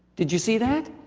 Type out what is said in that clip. did you see that?